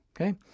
Okay